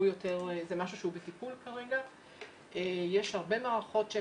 יותר --- זה משהו שהוא בטיפול כרגע.